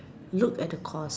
look at the course